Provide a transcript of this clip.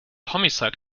homicide